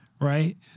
Right